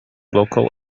local